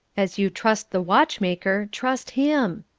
as you trust the watchmaker, trust him.